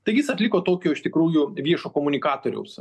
tai jis atliko tokio iš tikrųjų viešo komunikatoriaus